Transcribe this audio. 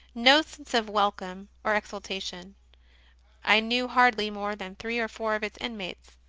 no sense of welcome or ex ultation i knew hardly more than three or four of its inmates.